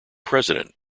president